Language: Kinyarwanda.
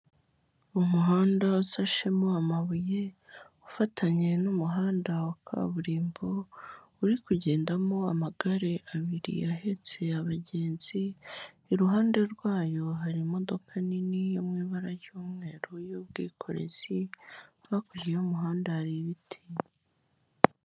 Umuhanda usashemo amabuye ufatanye n'umuhanda wa kaburimbo, uri kugendamo amagare abiri ahetse abagenzi, iruhande rwayo hari imodoka nini yo mu iba ry'umweru y'ubwikorezi, hakurya y'umuhanda hari ibiti.